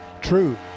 True